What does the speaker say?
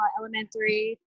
elementary